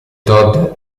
todd